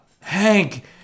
Hank